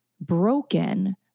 broken